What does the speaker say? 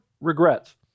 regrets